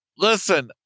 Listen